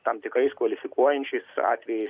tam tikrais kvalifikuojančiais atvejais